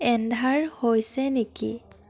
এন্ধাৰ হৈছে নেকি